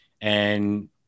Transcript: And-